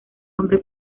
hombre